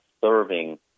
serving